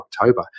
October